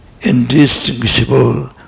indistinguishable